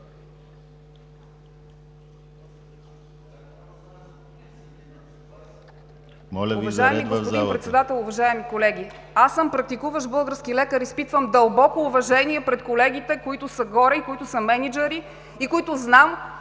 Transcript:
Моля Ви за ред в залата.